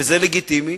וזה לגיטימי,